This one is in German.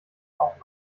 auch